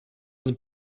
sind